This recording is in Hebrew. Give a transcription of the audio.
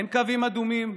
אין קווים אדומים,